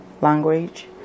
language